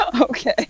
Okay